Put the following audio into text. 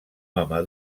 home